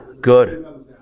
Good